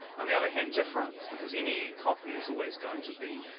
on the other hand difference, because any copy is always going to be,